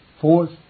Fourth